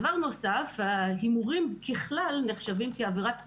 דבר נוסף ככלל, ההימורים נחשבים כעברת עוון,